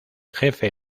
jefe